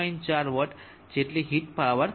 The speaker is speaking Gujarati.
4 વોટ જેટલી હીટ પાવર દૂર કરવામાં આવે છે